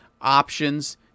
options